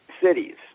cities